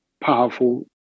powerful